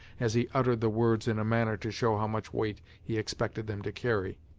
as he uttered the words in a manner to show how much weight he expected them to carry.